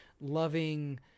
loving